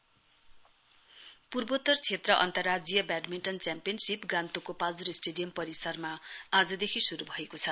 badminton पूर्वोत्तर क्षेत्र अन्तर्राज्य ब्याडमिण्टन च्याम्पियनशीप गान्तोकको पाल्जोर स्टेडियम परिसरमा आजदेखि श्रू भएको छ